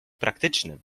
praktycznym